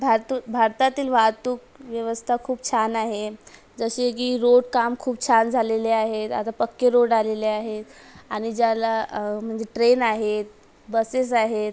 भारत भारतातील वाहतूक व्यवस्था खूप छान आहे जसे की रोड काम खूप छान झालेले आहेत आता पक्के रोड आलेले आहेत आणि ज्याला म्हणजे ट्रेन आहेत बसेस आहेत